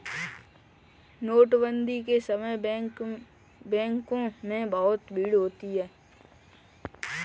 नोटबंदी के समय पर बैंकों में बहुत भीड़ होती थी